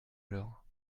alors